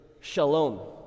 shalom